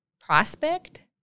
prospect